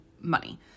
money